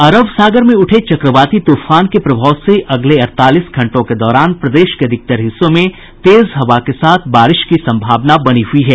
अरब सागर में उठे चक्रवाती तूफान के प्रभाव से अगले अड़तालीस घंटों के दौरान प्रदेश के अधिकतर हिस्सों में तेज हवा के साथ बारिश की संभावना बनी हुई है